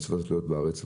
מצוות שתלויות בארץ.